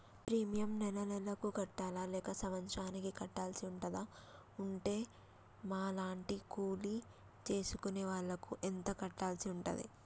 Premium నెల నెలకు కట్టాలా లేక సంవత్సరానికి కట్టాల్సి ఉంటదా? ఉంటే మా లాంటి కూలి చేసుకునే వాళ్లు ఎంత కట్టాల్సి ఉంటది?